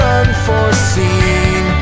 unforeseen